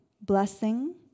blessing